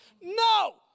No